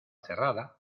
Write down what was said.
cerrada